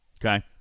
okay